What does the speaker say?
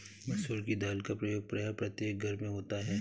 मसूर की दाल का प्रयोग प्रायः प्रत्येक घर में होता है